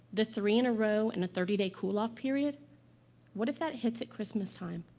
the three in a row and a thirty day cool-off period what if that hits at christmastime?